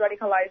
radicalized